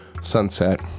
Sunset